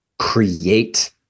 create